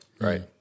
Right